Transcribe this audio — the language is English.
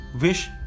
wish